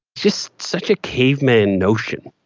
just such a caveman notion.